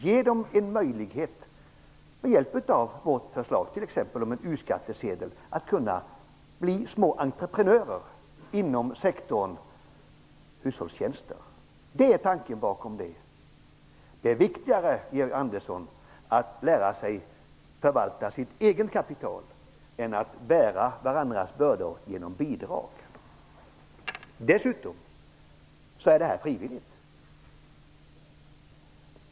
Ge dem, t.ex. genom vårt förslag om en u-skattsedel, en möjlighet att bli små entreprenörer inom sektorn hushållstjänster. Det är tanken bakom vårt förslag. Det är viktigare, Georg Andersson, att lära sig förvalta sitt eget kapital än att bära varandras bördor genom bidrag. Dessutom är detta frivilligt.